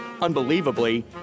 Unbelievably